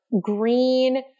green